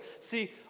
See